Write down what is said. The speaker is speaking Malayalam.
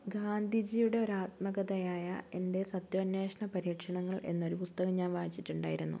ഗാന്ധിജിയുടെ ഒരു ആത്മകഥയായ എൻ്റെ സത്യാന്വേഷണ പരീക്ഷണങ്ങൾ എന്നൊരു പുസ്തകം ഞാൻ വായിച്ചിട്ടുണ്ടായിരുന്നു